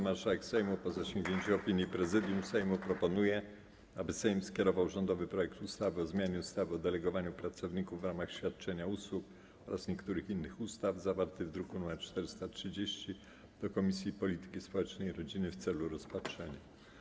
Marszałek Sejmu, po zasięgnięciu opinii Prezydium Sejmu, proponuje, aby Sejm skierował rządowy projekt ustawy o zmianie ustawy o delegowaniu pracowników w ramach świadczenia usług oraz niektórych innych ustaw, zawarty w druku nr 430, do Komisji Polityki Społecznej i Rodziny w celu rozpatrzenia.